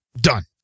Done